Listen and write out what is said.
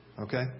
Okay